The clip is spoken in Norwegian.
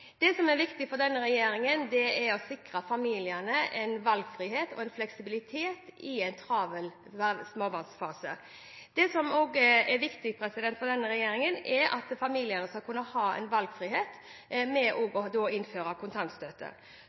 Det som er viktig for denne regjeringen, er å sikre familiene valgfrihet og fleksibilitet i en travel småbarnsfase. Det som også er viktig for denne regjeringen, er at familiene skal kunne ha valgfrihet ved at kontantstøtten er innført. Det har aldri blitt tatt ut så mye kontantstøtte